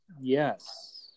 Yes